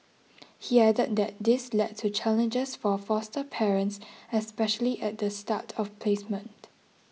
he added that this led to challenges for foster parents especially at the start of placement